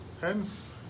hence